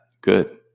Good